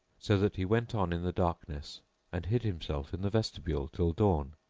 so that he went on in the darkness and hid himself in the vestibule till dawn,